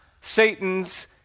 Satan's